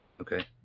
Okay